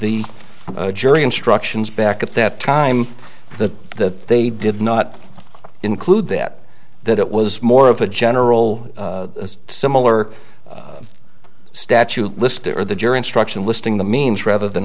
the jury instructions back at that time the that they did not include that that it was more of a general similar statute or the jury instruction listing the means rather than